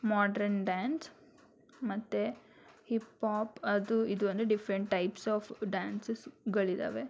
modern dance ಮತ್ತು hip hop ಅದು ಇದು ಅಂದರೆ ಡಿಫರೆಂಟ್ ಟೈಪ್ಸ್ ಆಫ್ ಡ್ಯಾನ್ಸಸ್ಗಳಿದ್ದಾವೆ